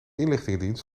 inlichtingendienst